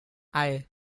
ayr